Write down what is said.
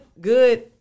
good